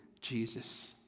Jesus